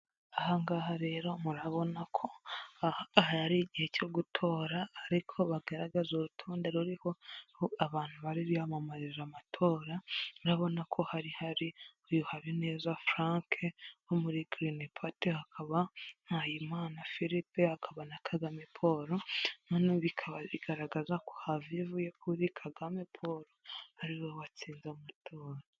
Ahangaha rero murabona ko aha hari igihe cyo gutora ariko bagaragaza urutonde ruriho abantu bari bimamarije amatora mubona ko hari hari uyu, habineza frank, wo muri girimi pati hakaba, mpayiimana philippe, akaba na kagame paul, noneho bikaba bigaragaza ko havevuye kuri kagame paul ariwe watsinze amatora.